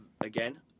again